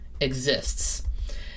exists